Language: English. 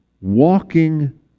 walking